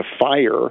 fire